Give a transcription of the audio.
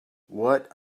what